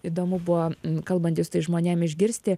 įdomu buvo kalbantis su tais žmonėm išgirsti